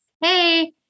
Hey